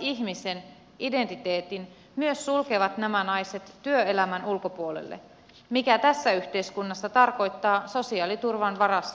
ihmisen identiteetin myös sulkevat nämä naiset työelämän ulkopuolelle mikä tässä yhteiskunnassa tarkoittaa sosiaaliturvan varassa elämistä